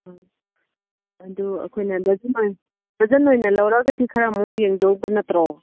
ꯎꯝ ꯑꯗꯨ ꯑꯩꯈꯣꯏꯅ ꯗꯔꯖꯟ ꯑꯣꯏꯅ ꯂꯧꯔꯒꯗꯤ ꯈꯔ ꯑꯃꯨꯛ ꯌꯦꯡꯒꯗꯧꯕ ꯅꯠꯇ꯭ꯔꯣ